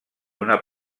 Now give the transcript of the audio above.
una